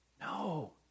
no